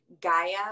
Gaia